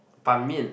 Ban-Mian